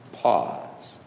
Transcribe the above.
pause